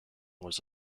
was